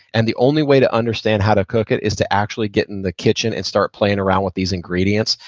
and the only way to understand how to cook it is to actually get in the kitchen and start playing around with these ingredients.